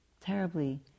terribly